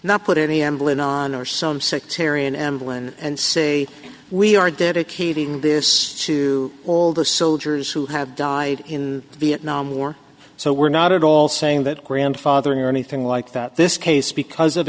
not put any amblin on our some sectarian emblem and say we are dedicating this to all the soldiers who have died in vietnam war so we're not at all saying that grandfathering or anything like that this case because of